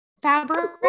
fabric